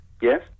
Yes